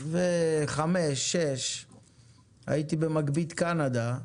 2006-2005 בערך הייתי במגבית קנדה,